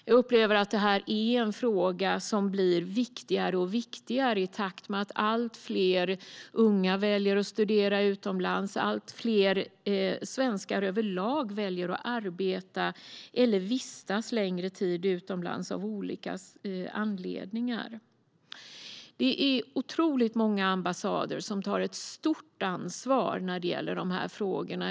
Jag upplever att detta är en fråga som blir viktigare och viktigare i takt med att allt fler unga väljer att studera utomlands och att allt fler svenskar överlag väljer att arbeta eller vistas längre tid utomlands av olika anledningar. Det är otroligt många ambassader som tar ett stort ansvar när det gäller de här frågorna.